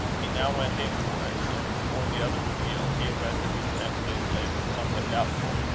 he now went in for it and, before the other would yield, he had rendered his next day's labour somewhat doubtful.